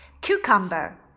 Cucumber